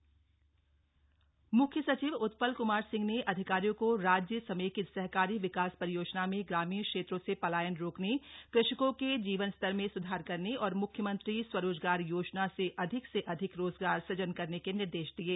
मुख्य सचिव मुख्य सचिव उत्पल कुमार सिंह ने अधिकारियों को राज्य समेकित सहकारी विकास परियोजना में ग्रामीण क्षेत्रों से पलायन रोकने कृषकों के जीवन स्तर में सुधार करने और मुख्यमंत्री स्वरोजगार योजना से अधिक से अधिक रोजगार सृजन करने के निर्देश दिये